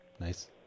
Nice